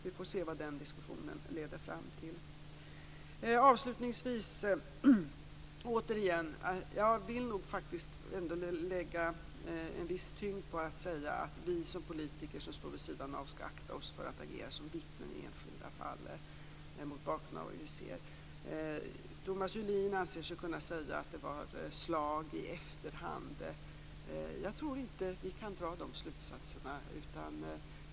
Vi får se vad den diskussionen leder fram till. Avslutningsvis vill jag återigen lägga en viss tyngd på att vi politiker som står vid sidan av skall akta oss för att, mot bakgrund av vad vi ser, agera som vittnen i enskilda fall. Thomas Julin anser sig kunna säga att det förekom slag i efterhand. Jag tror inte att vi kan dra sådana slutsatser.